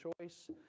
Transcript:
choice